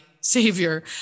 savior